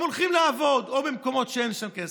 הם הולכים לעבוד במקומות שאין שם כסף,